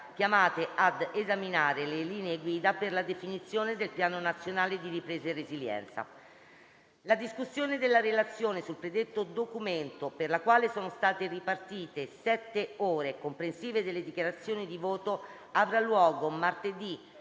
chiamate ad esaminare le linee guida per la definizione del piano nazionale di ripresa e resilienza. La discussione della relazione sul predetto documento, per la quale sono state ripartite sette ore, comprensive delle dichiarazioni di voto, avrà luogo martedì